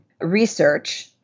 research